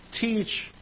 teach